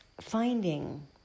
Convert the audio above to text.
finding